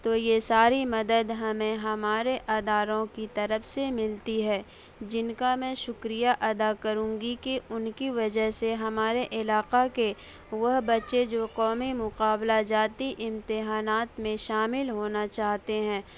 تو یہ ساری مدد ہمیں ہمارے اداروں کی طرف سے ملتی ہے جن کا میں شکریہ ادا کروں گی کہ ان کی وجہ سے ہمارے علاقہ کے وہ بچے جو قومی مقابلہ جاتی امتحانات میں شامل ہونا چاہتے ہیں